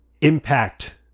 impact